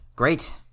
Great